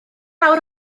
awr